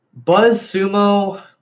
Buzzsumo